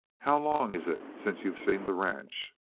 how long is it since you've seen the ranch?